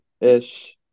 ish